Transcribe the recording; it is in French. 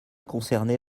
concernait